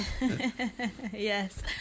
Yes